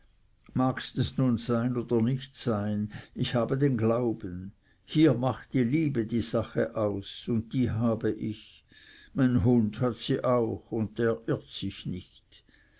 magst es nun sein oder nicht sein ich habe den glauben hier macht die liebe die sache aus und die habe ich mein hund hat sie auch und der irrt sich nicht